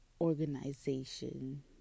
organization